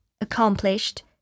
accomplished